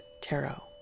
tarot